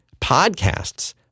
podcasts